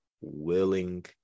willing